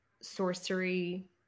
sorcery